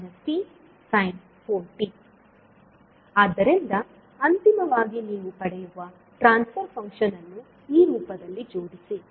5e t sin 4t ಆದ್ದರಿಂದ ಅಂತಿಮವಾಗಿ ನೀವು ಪಡೆಯುವ ಟ್ರಾನ್ಸ್ ಫರ್ ಫಂಕ್ಷನ್ ಅನ್ನು ಈ ರೂಪದಲ್ಲಿ ಜೋಡಿಸಿ